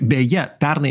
beje pernai